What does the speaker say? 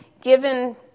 given